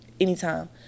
anytime